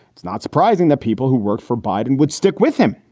it's not surprising that people who work for biden would stick with him.